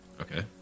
okay